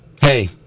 Hey